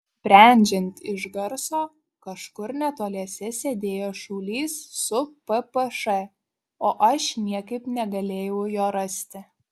sprendžiant iš garso kažkur netoliese sėdėjo šaulys su ppš o aš niekaip negalėjau jo rasti